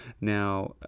now